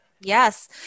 Yes